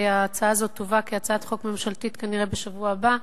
וההצעה הזאת תובא כהצעת חוק ממשלתית כנראה בשבוע הבא.